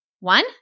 One